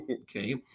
okay